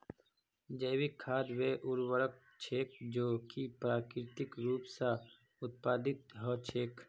जैविक खाद वे उर्वरक छेक जो कि प्राकृतिक रूप स उत्पादित हछेक